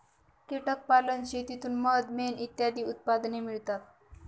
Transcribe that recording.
कीटक पालन शेतीतून मध, मेण इत्यादी उत्पादने मिळतात